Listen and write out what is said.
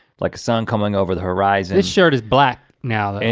like sun coming over the horizon. this shirt is black now. and